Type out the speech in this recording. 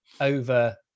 over